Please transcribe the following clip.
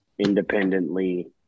independently